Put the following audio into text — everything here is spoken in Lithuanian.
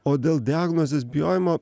o dėl diagnozės bijojimo